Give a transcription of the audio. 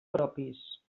propis